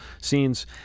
scenes